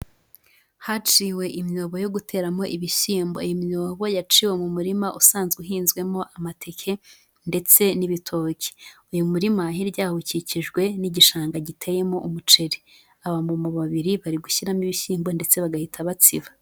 Haciwe imyobo yo guteramo ibishyimbo, imiyobo yaciwe mu murima usanzwe uhinzwemo amateke ndetse n'ibitoki, uyu murima hirya yaho ukikijwe n'igishanga giteyemo umuceri, abamama babiri bari gushyiramo ibishyimbo ndetse bagahita batsiba.